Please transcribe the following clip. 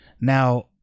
Now